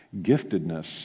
giftedness